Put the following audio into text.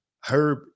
Herb